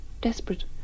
desperate